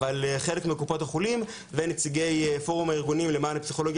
אבל חלק מקופות החולים ונציגי פורום הארגונים למען הפסיכולוגיה